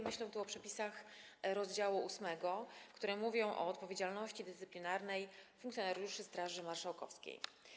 Myślę tu o przepisach rozdziału 8, które mówią o odpowiedzialności dyscyplinarnej funkcjonariuszy Straży Marszałkowskiej.